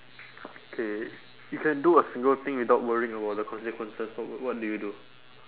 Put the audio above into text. K you can do a single thing without worrying about the consequences wha~ wha~ what do you do